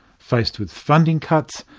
faced with funding cuts,